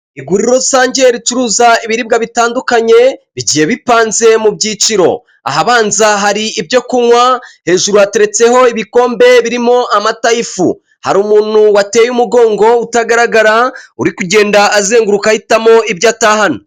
Iguriro rusange ricuruza ibiribwa bitandukanye bigiye bipanze mu byiciro ahabanza hari ibyo kunywa hejuru hateretseho ibikombe birimo amata y'ifu, hari umuntu wateye umugongo utagaragara uri kugenda azenguruka ahitamo ibyo atahana.